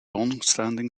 longstanding